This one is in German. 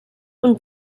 und